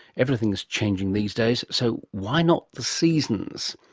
everything's changing these days, so why not the seasons?